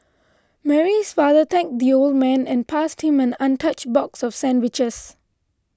Mary's father thanked the old man and passed him an untouched box of sandwiches